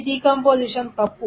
ఈ డీకంపోసిషన్ తప్పు